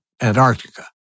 Antarctica